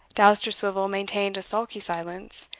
dousterswivel maintained a sulky silence,